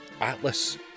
Atlas